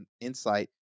insight